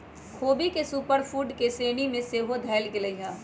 ख़ोबी के super food के श्रेणी में सेहो धयल गेलइ ह